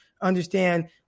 understand